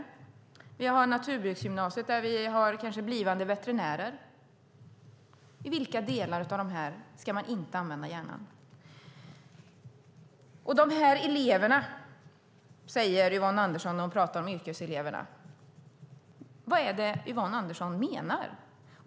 Vi har naturbruksgymnasiet med kanske blivande veterinärer. I vilket av dessa yrken ska man inte använda hjärnan? "De här eleverna", säger Yvonne Andersson när hon pratar om yrkeseleverna. Vad är det Yvonne Andersson menar?